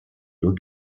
nur